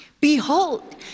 Behold